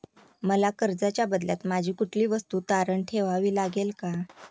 मला कर्जाच्या बदल्यात माझी कुठली वस्तू तारण ठेवावी लागेल का?